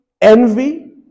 envy